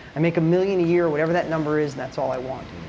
i make a million a year or whatever that number is and that's all i want.